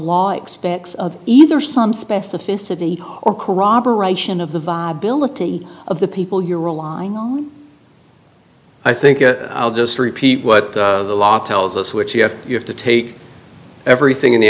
law expects of either some specificity or corroboration of the viability of the people you're relying on i think i'll just repeat what the law tells us which you have you have to take everything in the